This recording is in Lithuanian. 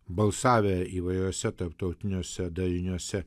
balsavę įvairiuose tarptautiniuose dariniuose